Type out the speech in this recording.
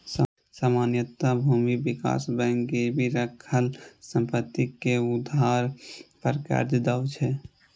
सामान्यतः भूमि विकास बैंक गिरवी राखल संपत्ति के आधार पर कर्ज दै छै